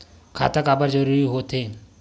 खाता काबर जरूरी हो थे?